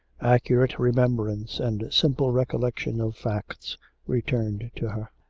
accurate remembrance and simple recollection of facts returned to her,